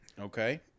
Okay